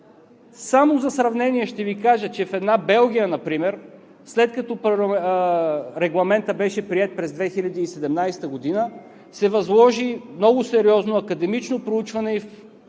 Само за сравнение ще Ви кажа, че в една Белгия например, след като Регламентът беше приет през 2017 г., се възложи много сериозно академично проучване.